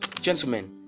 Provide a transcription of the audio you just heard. Gentlemen